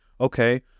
Okay